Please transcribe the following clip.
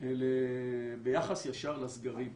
ביחס ישר לסגרים.